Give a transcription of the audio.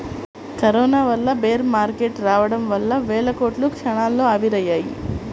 corona వల్ల bear market రావడం వల్ల వేల కోట్లు క్షణాల్లో ఆవిరయ్యాయి